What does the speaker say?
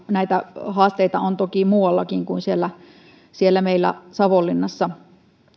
näitä haasteita on toki muuallakin kuin siellä siellä meillä savonlinnassa